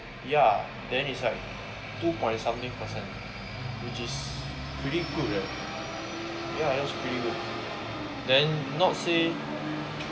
ya then is like two point something percent which is pretty good leh ya that's pretty good then not say